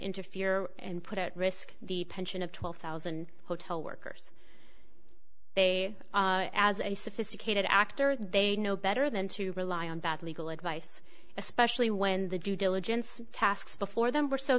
interfere and put at risk the pension of twelve thousand hotel workers they as a sophisticated actor they know better than to rely on bad legal advice especially when the due diligence tasks before them were so